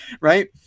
right